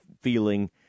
feeling